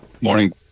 Morning